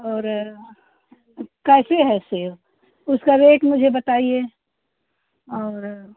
और कैसे है सेव उसका रेट मुझे बताइए और